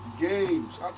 games